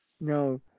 No